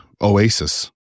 Oasis